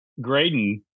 Graydon